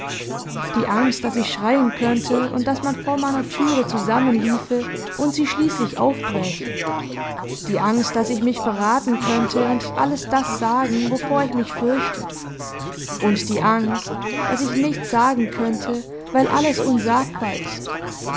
die angst daß ich schreien könnte und daß man vor meiner türe zusammenliefe und sie schließlich aufbräche die angst daß ich mich verraten könnte und alles das sagen wovor ich mich fürchte und die angst daß ich nichts sagen könnte weil alles unsagbar ist